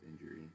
injury